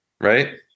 right